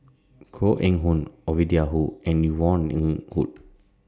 Koh Eng Hoon Ovidia and Yvonne Ng Uhde